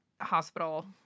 hospital